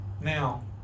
Now